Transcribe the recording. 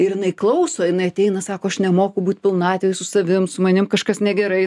ir jinai klauso jinai ateina sako aš nemoku būt pilnatvėj su savim su manim kažkas negerai